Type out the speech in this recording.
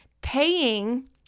Paying